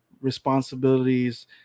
Responsibilities